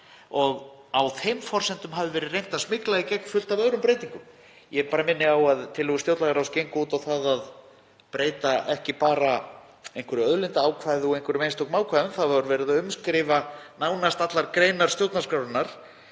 og á þeim forsendum hefur verið reynt að smygla í gegn fullt af öðrum breytingum. Ég bara minni á að tillögur stjórnlagaráðs gengu út á að breyta ekki bara einhverju auðlindaákvæði og einhverjum einstökum ákvæðum, það var verið að umskrifa nánast allar greinar stjórnarskrárinnar